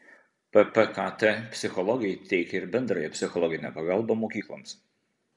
ppkt psichologai teikia ir bendrąją psichologinę pagalbą mokykloms